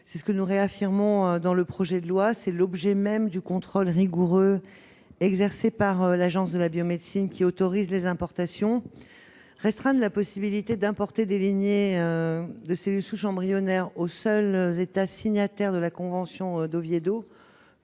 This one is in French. C'est ce que nous réaffirmons dans le projet de loi, et tel est l'objet du contrôle rigoureux exercé par l'Agence de la biomédecine avant toute autorisation d'importation. En restreignant le droit d'importer des lignées de cellules souches embryonnaires aux seuls États signataires de la convention d'Oviedo,